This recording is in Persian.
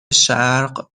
شرق